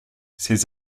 ces